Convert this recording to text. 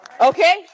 Okay